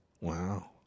Wow